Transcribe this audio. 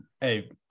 hey